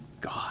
God